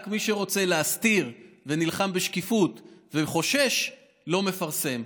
רק מי שרוצה להסתיר ונלחם בשקיפות וחושש לא מפרסם.